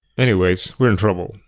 anyways, we're in trouble.